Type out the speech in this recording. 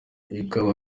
bikaba